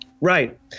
Right